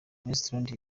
restaurant